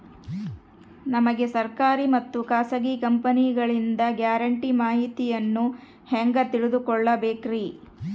ನಮಗೆ ಸರ್ಕಾರಿ ಮತ್ತು ಖಾಸಗಿ ಕಂಪನಿಗಳಿಂದ ಗ್ಯಾರಂಟಿ ಮಾಹಿತಿಯನ್ನು ಹೆಂಗೆ ತಿಳಿದುಕೊಳ್ಳಬೇಕ್ರಿ?